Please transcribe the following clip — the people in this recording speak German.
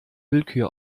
willkür